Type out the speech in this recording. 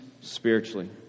spiritually